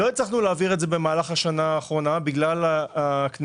לא הצלחנו להעביר את זה במהלך השנה האחרונה בגלל הכנסת